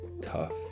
tough